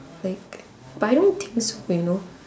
like but I don't think so you know